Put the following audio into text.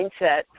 mindset